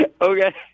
Okay